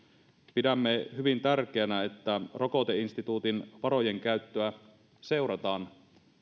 pidämme hyvin tärkeänä että rokoteinstituutin varojenkäyttöä seurataan